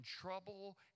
trouble